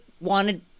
wanted